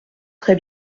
très